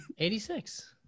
86